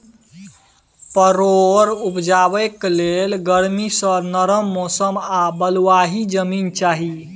परोर उपजेबाक लेल गरमी सँ नरम मौसम आ बलुआही जमीन चाही